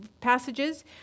passages